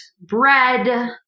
bread